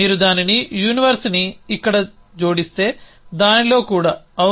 మీరు దానిని యూనివర్స్ని ఇక్కడ జోడిస్తే దానిలో కూడా అవును